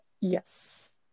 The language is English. Yes